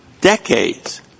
decades